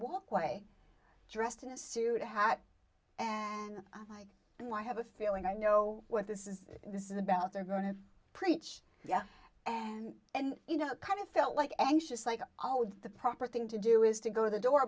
walkway dressed in a suit a hat and the like and i have a feeling i know what this is this is about they're going to preach yeah and and you know kind of felt like anxious like all the proper thing to do is to go to the door